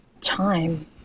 time